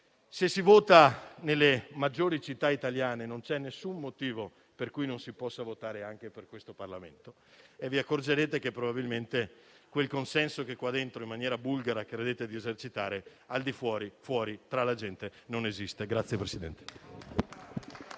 Se si vota nelle maggiori città italiane non c'è alcun motivo per cui non si possa votare anche per questo Parlamento. Vi accorgerete che probabilmente quel consenso che qua dentro, in maniera bulgara, credete di esercitare, al di fuori, tra la gente non esiste.